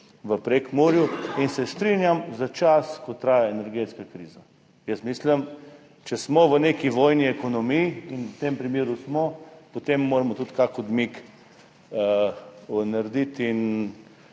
v Prekmurju in se strinjam, za čas, ko traja energetska kriza. Jaz mislim, da če smo v neki vojni ekonomiji, v tem primeru smo, potem moramo narediti